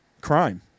crime